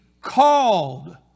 called